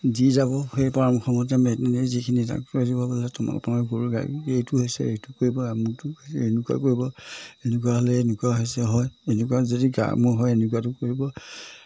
দি যাব সেই পৰামৰ্শমতে ভেটেনেৰী যিখিনি ডাক্তৰে দিব বোলে তোমালোকৰ গৰু গাই এইটো হৈছে এইটো কৰিব আমুকটো হৈছে এনেকুৱা কৰিব এনেকুৱা হ'লে এনেকুৱা হৈছে হয় এনেকুৱা যদি গা মূৰ হয় এনেকুৱাটো কৰিব